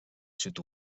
sud